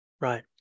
right